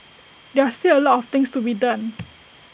there are still A lot of things to be done